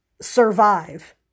survive